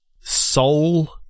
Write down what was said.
Soul